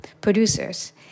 producers